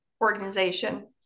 Organization